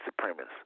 supremacists